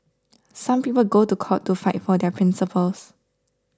some people go to court to fight for their principles